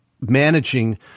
managing